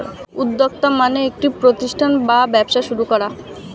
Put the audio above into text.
উদ্যোক্তা মানে একটি প্রতিষ্ঠান বা ব্যবসা শুরু করা